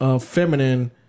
feminine